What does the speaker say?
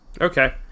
Okay